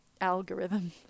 algorithm